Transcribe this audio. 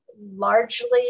largely